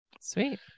sweet